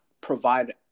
provide